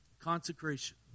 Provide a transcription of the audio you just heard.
Consecration